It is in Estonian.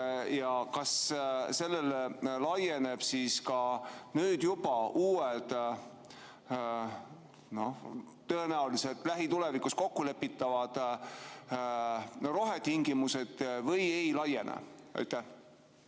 – kas sellele laienevad siis ka juba uued, tõenäoliselt lähitulevikus kokkulepitavad rohetingimused või ei laiene?